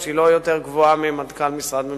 שהיא לא יותר גבוהה ממשכורת של מנכ"ל משרד ממשלתי.